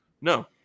no